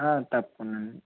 ఆ తప్పకుండ అండి